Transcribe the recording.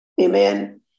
amen